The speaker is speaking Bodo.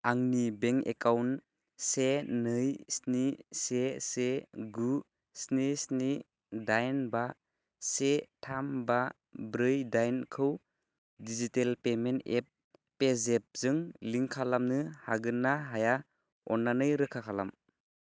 आंनि बेंक एकाउन्ट से नै स्नि से से गु स्नि स्नि दाइन बा से थाम बा ब्रै दाइनखौ डिजिटेल पेमेन्ट एप पेजेफजों लिंक खालामनो हागोन ना हाया अन्नानै रोखा खालाम